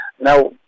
now